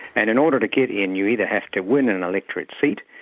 and in order to get in, you either have to win an electorate seat,